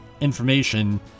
information